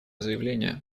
заявление